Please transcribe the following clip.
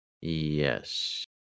Yes